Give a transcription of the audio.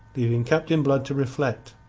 leaving captain blood to reflect,